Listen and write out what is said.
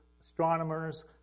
astronomers